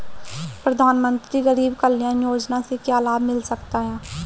प्रधानमंत्री गरीब कल्याण योजना से क्या लाभ मिल सकता है?